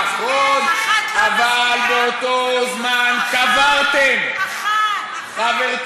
נכון, אבל באותו זמן קברתם, אחת, אחת.